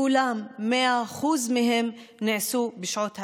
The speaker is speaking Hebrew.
כולם, 100% שלהם, נעשו בשעות הלילה.